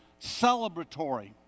celebratory